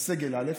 לסגל א',